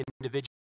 individual